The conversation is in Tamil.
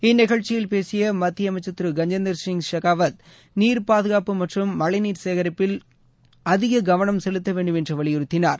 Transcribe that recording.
இந்நிகழ்ச்சியில் பேசிய மத்திய அமைச்சர் திரு கஜேந்திர சிங் ஷெகாவத் நீர் பாதுகாப்பு மற்றும் மளழநீர் சேகரிப்பில் அதிக கவளம் செலுத்த வேண்டும் என்று வலியுறுத்தினார்